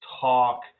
talk